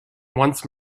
once